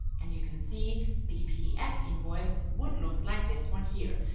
and you can see the pdf invoice would look like this one here.